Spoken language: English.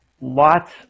lots